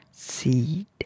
seed